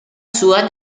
sua